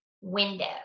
window